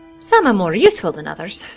some are more useful than others.